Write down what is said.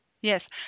Yes